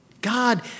God